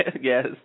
Yes